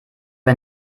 für